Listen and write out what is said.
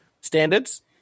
standards